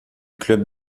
club